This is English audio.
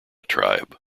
tribe